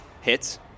hits